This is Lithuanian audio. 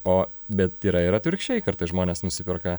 o bet yra ir atvirkščiai kartais žmonės nusiperka